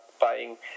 buying